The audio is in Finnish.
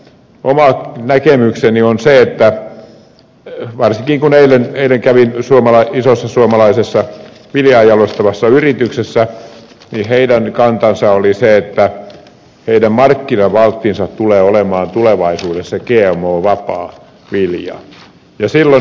oman näkemykseni mukaan voitaisiin pysyä nykyisissä varsinkin kun eilen kävin isossa suomalaisessa viljaa jalostavassa yrityksessä ja heidän kantansa oli se että heidän markkinavalttinsa tulee olemaan tulevaisuudessa gmo vapaa vilja